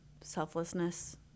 selflessness